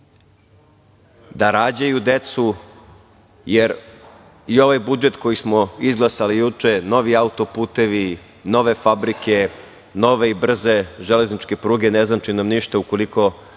da rađaju decu, jer i ovaj budžet koji smo izglasali juče, novi auto-putevi, nove fabrike, nove i brze železničke pruge, ne znače nam ništa, ukoliko